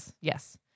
Yes